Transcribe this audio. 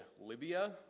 Libya